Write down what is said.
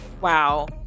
wow